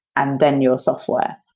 and then your software.